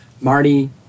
Marty